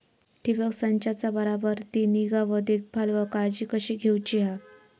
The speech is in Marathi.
ठिबक संचाचा बराबर ती निगा व देखभाल व काळजी कशी घेऊची हा?